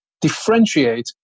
differentiate